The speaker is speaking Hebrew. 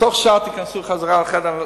בתוך שעה תיכנסו חזרה לחדר,